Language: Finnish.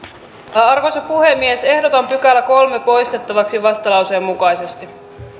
arvoisa puhemies ehdotan kolmannen pykälän poistettavaksi vastalauseen mukaisesti